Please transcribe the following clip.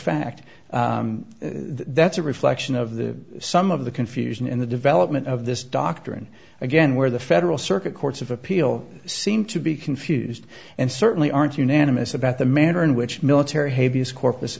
fact that's a reflection of the some of the confusion in the development of this doctrine again where the federal circuit courts of appeal seem to be confused and certainly aren't unanimous about the manner in which military